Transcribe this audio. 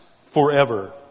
forever